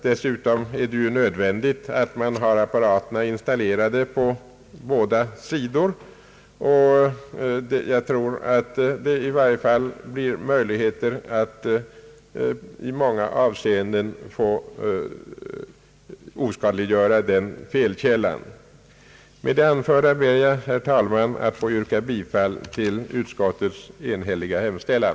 Dessutom är det nödvändigt att man har apparaterna installerade på båda sidor, och jag tror att det i varje fall blir möjligt att i stor utsträckning eliminera den formen av störning. Med det anförda ber jag, herr talman, att få yrka bifall till utskottets enhälliga hemställan.